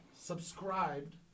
subscribed